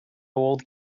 old